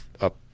up